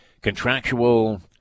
Contractual